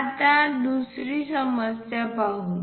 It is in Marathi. आता दुसरी समस्या पाहू